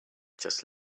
just